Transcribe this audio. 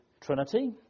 Trinity